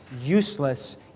useless